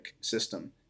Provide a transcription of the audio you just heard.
system